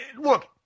look